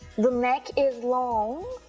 the neck is long,